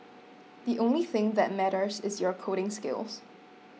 the only thing that matters is your coding skills